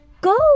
Go